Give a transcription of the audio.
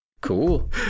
Cool